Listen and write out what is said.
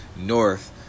North